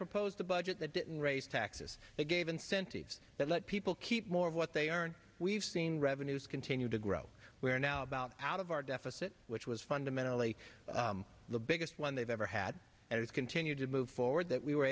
proposed a budget that didn't raise taxes they gave incentives that let people keep more of what they are and we've seen revenues continue to grow we are now about out of our deficit which was fundamentally the biggest one they've ever had and it's continued to move forward that we were